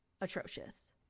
atrocious